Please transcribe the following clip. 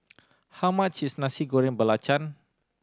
how much is Nasi Goreng Belacan